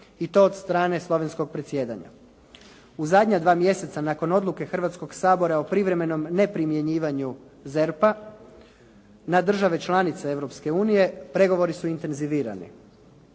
i to od strane slovenskog predsjedanja. U zadnja dva mjeseca nakon odluke Hrvatskog sabora o privremenom ne primjenjivanju ZERP-a na države članice Europske unije pregovori su intenzivirani